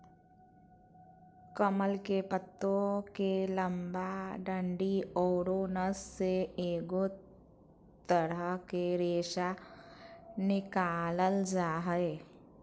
कमल के पत्तो के लंबा डंडि औरो नस से एगो तरह के रेशा निकालल जा हइ